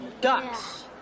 Ducks